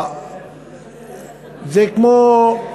זה כמו: